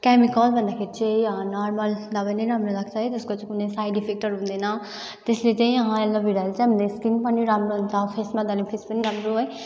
केमिकलभन्दा खेरि चाहिँ नर्मल दबाई नै राम्रो लाग्छ है त्यसको चाहिँ कुनै साइड इफेकटहरू हुँदैन त्यसले चाहिँ एलोभेराले चाहिँ हामीले स्किन पनि राम्रो हुन्छ फेसमा दल्यो भने फेस पनि राम्रो है